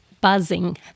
buzzing